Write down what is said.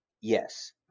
Yes